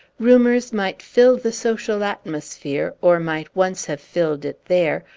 rumors might fill the social atmosphere, or might once have filled it, there,